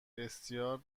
بسیار